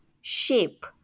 shape